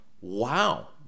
Wow